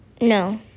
No